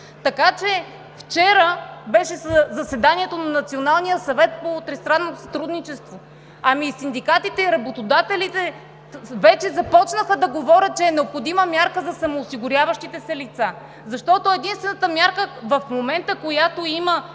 отпуск! Вчера беше заседанието на Националния съвет за тристранно сътрудничество. Ами синдикатите и работодателите вече започнаха да говорят, че е необходима мярка за самоосигуряващите се лица, защото единствената мярка, която има